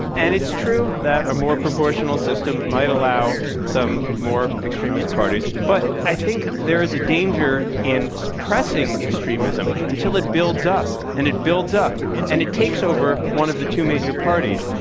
and it's true that a more proportional system might allow some more extremist parties. but yeah, i think there is a danger in suppressing extremism until it builds up and it builds up and it takes over one of the two major parties.